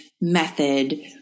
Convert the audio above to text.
method